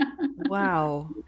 wow